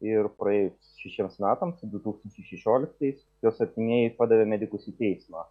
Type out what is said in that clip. ir praėjus šešiems metams du tūkstančiai šešioliktais jos artimieji padavė medikus į teismą